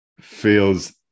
feels